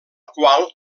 qual